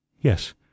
yes